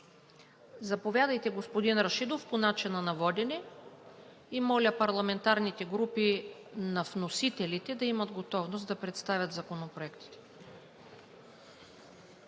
Заповядайте, господин Рашидов, по начина на водене. Моля парламентарните групи на вносителите да имат готовност да представят законопроектите.